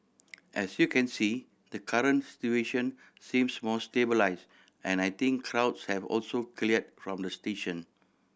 as you can see the current situation seems more stabilised and I think crowds have also cleared from the station